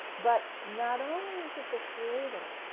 but not only is it the creator,